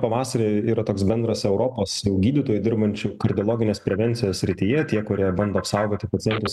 pavasarį yra toks bendras europos gydytojų dirbančių kardiologinės prevencijos srityje tie kurie bando apsaugoti pacientus